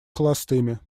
холостыми